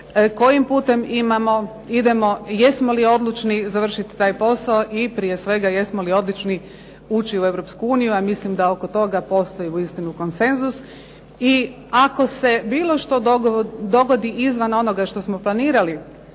kojim putem idemo, jesmo li odlučni završiti taj posao i prije svega jesmo li odlučni ući u Europsku uniju. A mislim da oko toga postoji uistinu konsenzus. I ako se bilo što dogodi izvan onoga što smo planirali